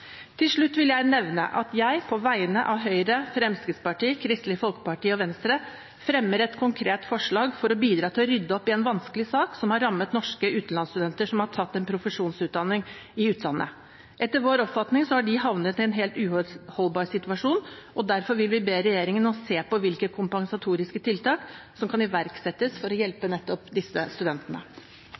Til slutt vil jeg nevne at jeg på vegne av Høyre, Fremskrittspartiet, Kristelig Folkeparti og Venstre fremmer et konkret forslag for å bidra til å rydde opp i en vanskelig sak som rammer norske utenlandsstudenter som har tatt en profesjonsutdanning i utlandet. Etter vår oppfatning har de havnet i en helt uholdbar situasjon, og derfor vil vi be regjeringen om å se på hvilke kompensatoriske tiltak som kan iverksettes for å hjelpe disse studentene.